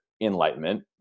enlightenment